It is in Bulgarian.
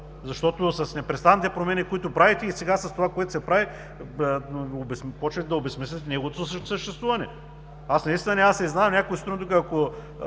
защото с непрестанните промени, които правите, и сега с това, което се прави, почвате да обезсмисляте неговото съществуване. Аз наистина няма да се изненадам някоя сутрин тук, ако